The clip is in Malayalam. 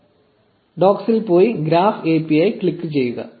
1137 ഡോക്സിൽ പോയി ഗ്രാഫ് API ക്ലിക്ക് ചെയ്യുക